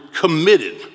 committed